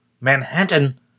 Manhattan